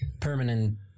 permanent